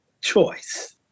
choice